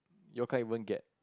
your kind will get